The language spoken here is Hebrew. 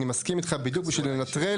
אני מסכים איתך, בדיוק בשביל לנטרל.